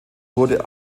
wurde